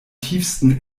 tiefsten